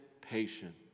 patient